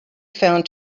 found